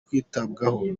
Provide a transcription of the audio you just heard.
kwitabwaho